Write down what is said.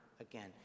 Again